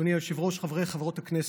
אדוני היושב-ראש, חברי וחברות הכנסת,